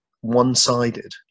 one-sided